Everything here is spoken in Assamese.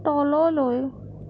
তললৈ